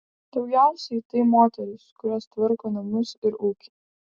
daugiausiai tai moterys kurios tvarko namus ir ūkį